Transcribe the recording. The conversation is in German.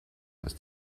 was